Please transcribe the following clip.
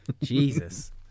Jesus